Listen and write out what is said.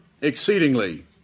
exceedingly